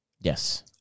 Yes